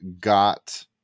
got